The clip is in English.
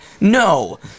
no